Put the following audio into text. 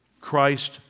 Christ